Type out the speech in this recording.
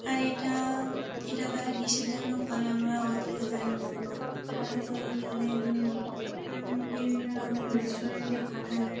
আর এটা এটা তারা কীসের জন্য করে আমরা অতটা জানি না হয়তো তাদের বিভিন্ন রকম রেস্টুরেন্টে পাঠায়